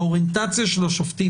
האוריינטציה של השופטים,